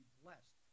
blessed